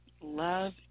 Love